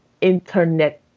internet